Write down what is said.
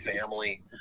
family